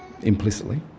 Implicitly